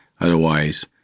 Otherwise